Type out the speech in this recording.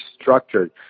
structured